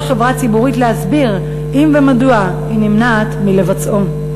חברה ציבורית להסביר אם ומדוע היא נמנעת מלבצעו.